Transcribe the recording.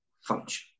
function